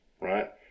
right